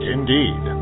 Indeed